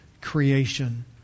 creation